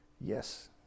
yes